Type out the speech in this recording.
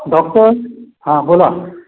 doctor हां बोला